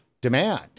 demand